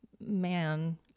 man